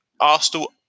Arsenal